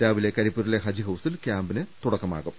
രാവിലെ കരിപ്പൂരിലെ ഹജ്ജ് ഹൌസിൽ ക്യാമ്പ് തുടങ്ങും